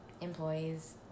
Employees